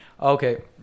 Okay